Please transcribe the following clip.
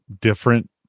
different